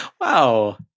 Wow